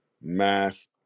mass